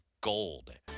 gold